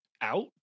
out